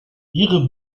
ihre